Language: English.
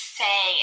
say